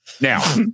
Now